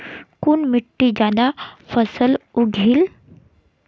कुन मिट्टी ज्यादा फसल उगहिल?